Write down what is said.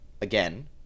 again